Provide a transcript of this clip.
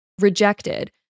rejected